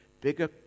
bigger